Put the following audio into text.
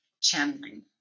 channeling